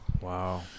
Wow